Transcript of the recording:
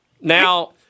Now